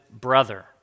brother